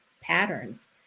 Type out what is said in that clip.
patterns